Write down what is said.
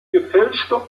gefälschte